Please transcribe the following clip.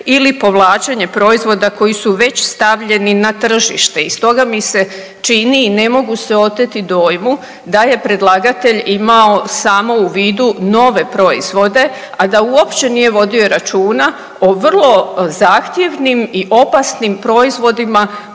ili povlačenje proizvoda koji su već stavljeni na tržište. I stoga mi se čini i ne mogu se oteti dojmu da je predlagatelj imao samo u vidu nove proizvode, a da uopće nije vodio računa o vrlo zahtjevnim i opasnim proizvodima